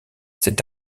cet